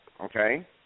okay